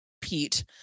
Pete